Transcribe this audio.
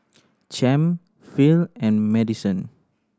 Champ Phil and Madisen